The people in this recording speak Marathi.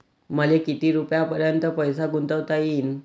मले किती रुपयापर्यंत पैसा गुंतवता येईन?